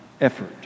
effort